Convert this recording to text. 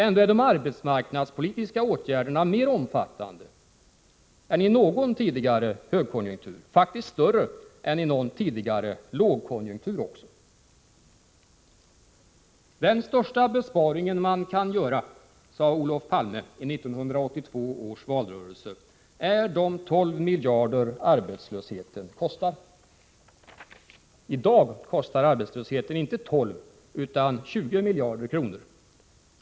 Ändå är de arbetsmarknadspolitiska åtgärderna mer omfattande nu än de varit under någon tidigare högkonjunktur, och faktiskt också mera omfattande än under någon tidigare lågkonjunktur. Den största besparing man kan göra, sade Olof Palme i 1982 års valrörelse, gäller de 12 miljarder arbetslösheten kostar. I dag kostar arbetslösheten inte 12 utan 20 miljarder.